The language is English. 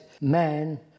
man